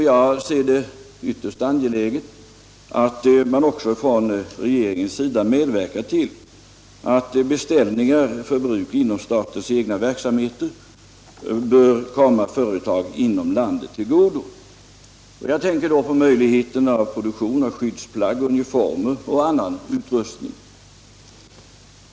Jag ser det som ytterst angeläget att man också från regeringens sida medverkar till att beställningar för statens egna verksamheter kan komma företag inom landet till godo. Jag tänker då på möjligheten av produktion av skyddsplagg, uniformer och annan utrustning.